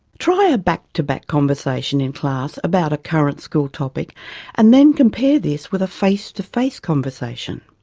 try a back-to-back conversation in class about a current school topic and then compare this with a face-to-face conversation.